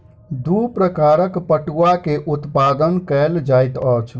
दू प्रकारक पटुआ के उत्पादन कयल जाइत अछि